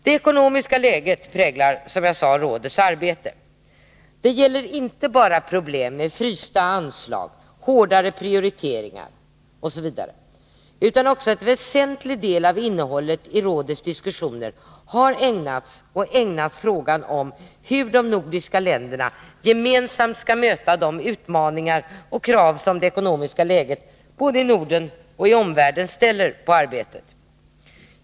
Det ekonomiska läget präglar, som jag sade, rådets arbete. Detta gäller inte bara problem med frysta anslag, hårdare prioriteringar osv., utan en väsentlig del av innehållet i rådets diskussioner har också ägnats och ägnas frågan om hur de nordiska länderna gemensamt skall möta de utmaningar och krav som det ekonomiska läget både i Norden och i omvärlden ställer på arbetet.